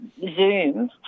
Zoom